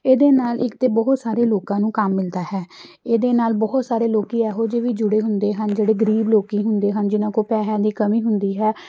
ਇਹਦੇ ਨਾਲ ਇੱਕ ਤਾਂ ਬਹੁਤ ਸਾਰੇ ਲੋਕਾਂ ਨੂੰ ਕੰਮ ਮਿਲਦਾ ਹੈ ਇਹਦੇ ਨਾਲ ਬਹੁਤ ਸਾਰੇ ਲੋਕ ਇਹੋ ਜਿਹੇ ਵੀ ਜੁੜੇ ਹੁੰਦੇ ਹਨ ਜਿਹੜੇ ਗਰੀਬ ਲੋਕ ਹੁੰਦੇ ਹਨ ਜਿਹਨਾਂ ਕੋਲ ਪੈਸਿਆਂ ਦੀ ਕਮੀ ਹੁੰਦੀ ਹੈ